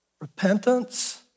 repentance